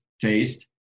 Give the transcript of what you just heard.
taste